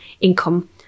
income